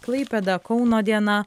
klaipėda kauno diena